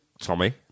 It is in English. Tommy